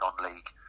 non-league